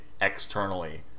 externally